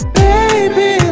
baby